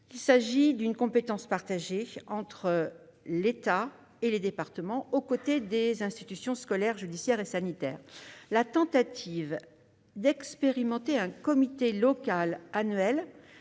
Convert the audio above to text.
Il s'agit d'une compétence partagée, exercée entre l'État et les départements, aux côtés des institutions scolaires, judiciaires et sanitaires. La tentative d'expérimenter un comité local annuel